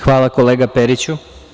Hvala, kolega Periću.